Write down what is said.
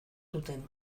duten